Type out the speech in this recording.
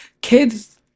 kids